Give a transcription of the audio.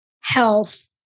health